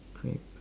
grape